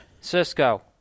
Cisco